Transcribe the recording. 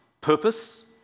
purpose